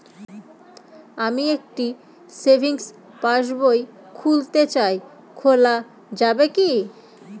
আমি একটি সেভিংস পাসবই খুলতে চাই খোলা যাবে কি?